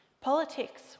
politics